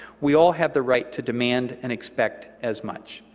we all have the right to demand and expect as much.